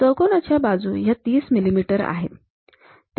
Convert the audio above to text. चौकोनाच्या बाजू ह्या ३० मिमी आहेत